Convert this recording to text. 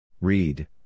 Read